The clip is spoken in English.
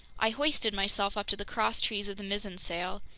i hoisted myself up to the crosstrees of the mizzen sail.